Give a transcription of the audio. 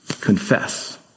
Confess